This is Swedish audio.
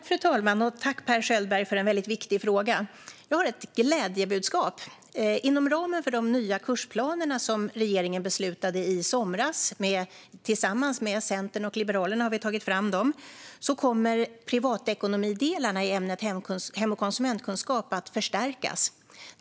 Fru talman! Tack för en väldigt viktig fråga, Per Schöldberg! Jag har ett glädjebudskap: Inom ramen för de nya kursplaner som regeringen beslutade om i somras - vi har tagit fram dem tillsammans med Centern och Liberalerna - kommer privatekonomidelarna i ämnet hem och konsumentkunskap att förstärkas.